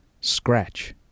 scratch